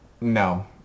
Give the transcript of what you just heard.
No